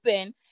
open